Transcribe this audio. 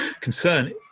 concern